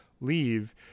leave